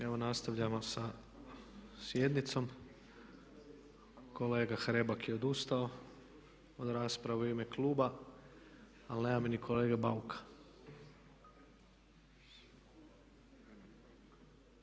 Evo nastavljamo sa sjednicom. Kolega Hrebak je odustao od rasprave u ime kluba. Ali nema mi ni kolege Bauka,